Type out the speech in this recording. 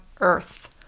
earth